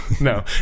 No